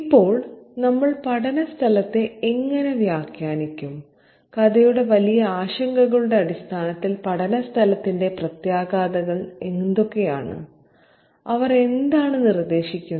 ഇപ്പോൾ നമ്മൾ പഠന സ്ഥലത്തെ എങ്ങനെ വ്യാഖ്യാനിക്കും കഥയുടെ വലിയ ആശങ്കകളുടെ അടിസ്ഥാനത്തിൽ പഠന സ്ഥലത്തിന്റെ പ്രത്യാഘാതങ്ങൾ എന്തൊക്കെയാണ് അവർ എന്താണ് നിർദ്ദേശിക്കുന്നത്